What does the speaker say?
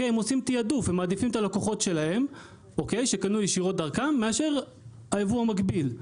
הם מעדיפים את הלקוחות שלהם שקנו ישירות דרכם מאשר את הייבוא המקביל,